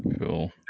Cool